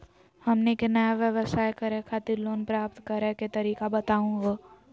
हमनी के नया व्यवसाय करै खातिर लोन प्राप्त करै के तरीका बताहु हो?